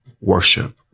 worship